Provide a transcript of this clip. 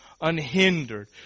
Unhindered